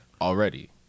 already